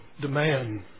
demand